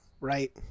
Right